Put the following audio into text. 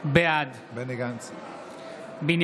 בעד בנימין גנץ,